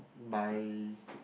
by